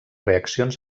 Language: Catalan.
reaccions